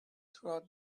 throughout